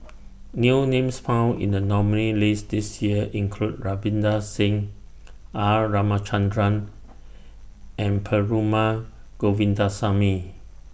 New Names found in The nominees' list This Year include Ravinder Singh R Ramachandran and Perumal Govindaswamy